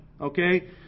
Okay